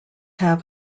have